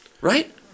right